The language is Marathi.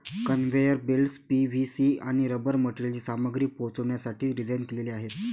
कन्व्हेयर बेल्ट्स पी.व्ही.सी आणि रबर मटेरियलची सामग्री पोहोचवण्यासाठी डिझाइन केलेले आहेत